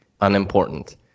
unimportant